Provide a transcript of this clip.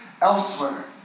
elsewhere